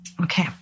Okay